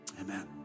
amen